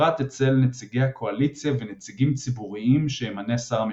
ובפרט אצל נציגי הקואליציה ונציגים ציבוריים שימנה שר המשפטים.